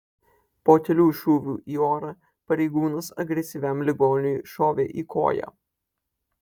po kelių šūvių į orą pareigūnas agresyviam ligoniui šovė į koją